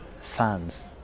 sons